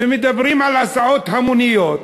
ומדברים על הסעות המוניות,